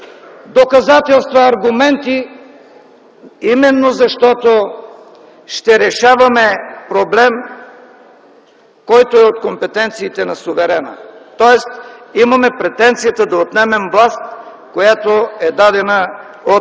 доказателства и аргументи, именно защото ще решаваме проблем, който е от компетенциите на суверена. Тоест имаме претенцията да отнемем власт, която е дадена от